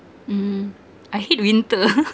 mm I hate winter